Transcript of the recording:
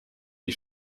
die